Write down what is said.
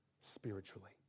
spiritually